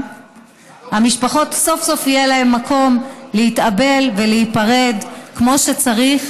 למשפחות סוף-סוף יהיה מקום להתאבל ולהיפרד כמו שצריך,